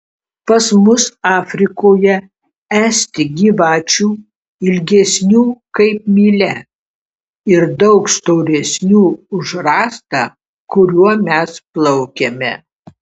pas mus afrikoje esti gyvačių ilgesnių kaip mylia ir daug storesnių už rąstą kuriuo mes plaukiame